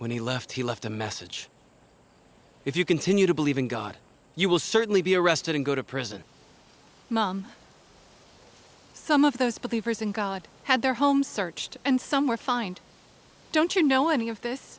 when he left he left a message if you continue to believe in god you will certainly be arrested and go to prison mom some of those believers in god had their home searched and some were fined don't you know any of this